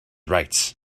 rights